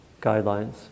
guidelines